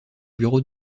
bureau